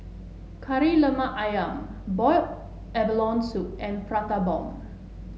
Kari Lemak ayam boil abalone soup and Prata Bomb